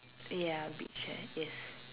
ya beach eh yes